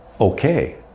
okay